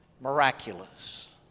miraculous